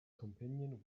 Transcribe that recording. companion